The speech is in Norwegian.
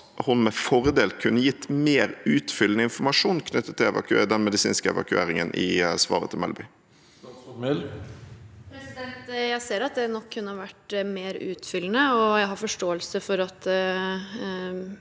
at hun med fordel kunne gitt mer utfyllende informasjon knyttet til den medisinske evakueringen i svaret til Melby? Statsråd Emilie Mehl Jeg ser at det nok kunne ha vært mer utfyllende, og jeg har forståelse for at